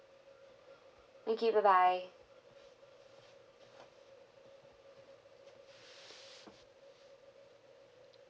thank you bye bye